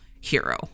hero